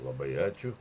labai ačiū